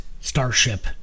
Starship